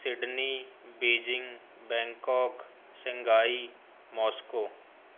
Sydney Beijing Bangkok Shanghai Moscow